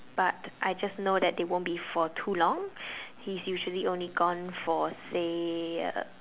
but I just know that they won't be for too long he's usually only gone for say